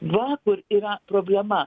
va kur yra problema